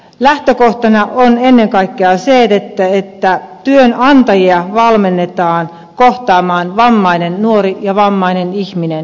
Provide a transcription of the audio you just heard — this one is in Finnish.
lähtökohtana on ennen kaikkea se että työnantajia valmennetaan kohtaamaan vammainen nuori ja vammainen ihminen